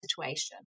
situation